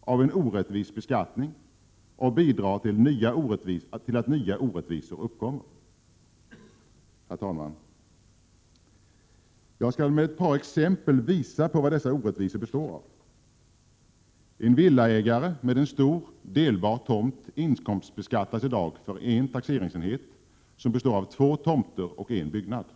av en orättvis beskattning och bidra till att nya orättvisor uppkommer. Herr talman! Jag skall med ett par exempel visa på vad dessa orättvisor består av. En villaägare med en stor, delbar tomt inkomstbeskattas i dag för en taxeringsenhet som består av två tomter och en byggnad.